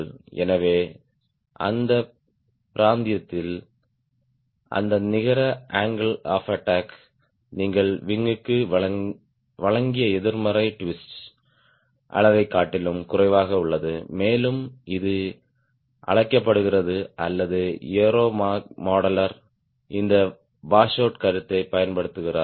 எனவே அந்த பிராந்தியத்தில் அந்த நிகர அங்கிள் ஆப் அட்டாக் நீங்கள் விங் க்கு வழங்கிய எதிர்மறை ட்விஸ்ட் அளவைக் காட்டிலும் குறைவாக உள்ளது மேலும் இது அழைக்கப்படுகிறது அல்லது ஏரோ மாடலர் இந்த வாஷுவுட் கருத்தை பயன்படுத்துகிறார்